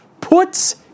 puts